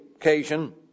occasion